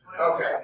Okay